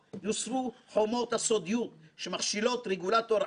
יעוגנו בחוק הוראות שימנעו את תופעת "הדלת המסתובבת".